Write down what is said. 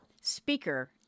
speaker